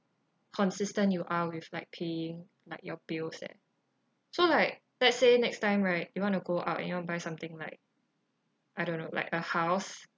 consistent you are with like paying like your bills leh so like let's say next time right you want to go out you want to buy something like I don't know like a house